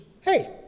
Hey